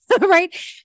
Right